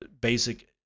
basic